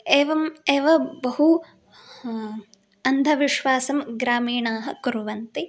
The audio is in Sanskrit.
एवम् एव बहु अन्धविश्वासं ग्रामीणाः कुर्वन्ति